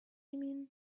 mean